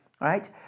right